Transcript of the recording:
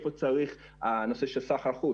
גם חשוב לנו שהקונסולים יכירו את העשייה שלנו בשטח,